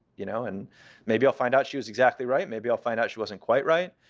you know and maybe i'll find out she was exactly right. maybe i'll find out she wasn't quite right.